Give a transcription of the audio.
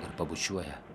ir pabučiuoja